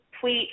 tweet